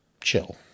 chill